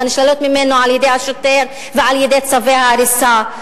שנשללות ממנו על-ידי השוטר ועל-ידי צווי ההריסה.